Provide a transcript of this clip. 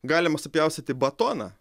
galima supjaustyti batoną